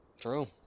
True